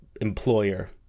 employer